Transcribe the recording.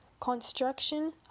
construction